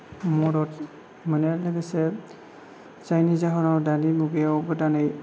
मदद मोनो लोगोसे जायनि जाहोनाव दानि मुगायाव गोदानै